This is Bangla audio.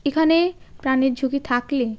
এখানে প্রাণের ঝুঁকি থাকলে